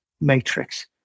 matrix